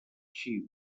xiva